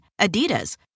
Adidas